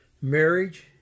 Marriage